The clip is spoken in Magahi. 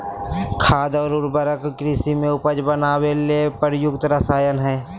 खाद और उर्वरक कृषि में उपज बढ़ावे ले प्रयुक्त रसायन हइ